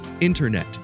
INTERNET